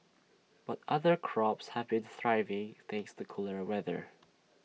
but other crops have been thriving thanks to cooler weather